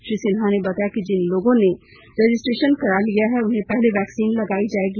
श्री सिन्हा ने बताया कि जिन लोगों ने रजिस्ट्रेशन करा लिया है उन्हें पहले वैक्सीन लगायी जाएगी